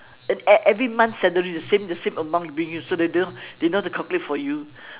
e~ every month salary the same the same amount bring you so they know they know how to calculate for you